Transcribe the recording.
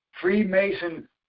Freemason